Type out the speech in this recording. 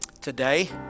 Today